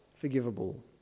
forgivable